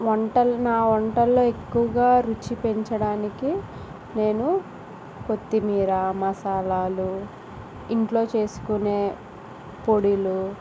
వంటలు మా వంటలలో ఎక్కువగా రుచి పెంచడానికి నేను కొత్తిమీర మసాలాలు ఇంట్లో చేసుకునే పొడులు